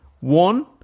one